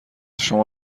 شما